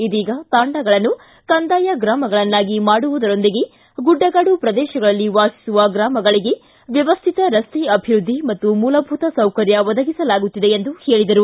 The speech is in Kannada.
ಇದೀಗ ತಾಂಡಗಳನ್ನು ಕಂದಾಯ ಗ್ರಾಮಗಳನ್ನಾಗಿ ಮಾಡುವುದರೊಂದಿಗೆ ಗುಡ್ಡಗಾಡು ಪ್ರದೇಶಗಳಲ್ಲಿ ವಾಸಿಸುವ ಗ್ರಾಮಗಳಿಗೆ ವ್ಲವ್ಯತ ರಸ್ತೆ ಅಭಿವೃದ್ಲಿ ಹಾಗೂ ಮೂಲಭೂತ ಸೌಕರ್ಯ ಒದಗಿಸಲಾಗುತ್ತಿದೆ ಎಂದರು